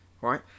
right